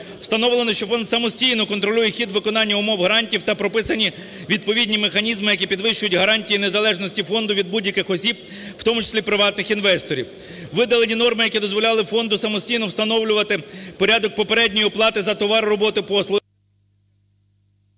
Встановлено, що фонд самостійно контролює хід виконання умов грантів та прописані відповідні механізми, які підвищують гарантії незалежності фонду від будь-яких осіб, в тому числі приватних інвесторів. Видалені норми, які дозволяли фонду самостійно встановлювати порядок попередньої оплати за товар, роботи, послуги...